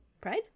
Pride